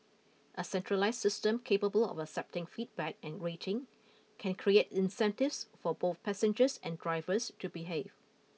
a centralised system capable of accepting feedback and rating can create incentives for both passengers and drivers to behave